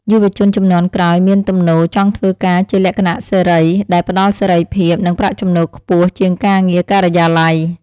យុវជនជំនាន់ក្រោយមានទំនោរចង់ធ្វើការជាលក្ខណៈសេរីដែលផ្តល់សេរីភាព និងប្រាក់ចំណូលខ្ពស់ជាងការងារការិយាល័យ។